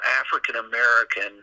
African-American